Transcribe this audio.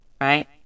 right